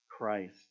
Christ